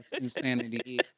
insanity